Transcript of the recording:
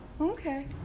Okay